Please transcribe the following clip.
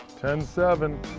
ten seven.